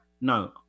no